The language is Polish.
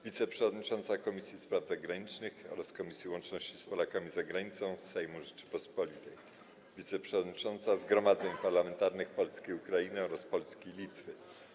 Wiceprzewodnicząca Komisji Spraw Zagranicznych oraz Komisji Łączności z Polakami za Granicą Sejmu Rzeczypospolitej, wiceprzewodnicząca zgromadzeń parlamentarnych Polski i Ukrainy oraz Polski i Litwy.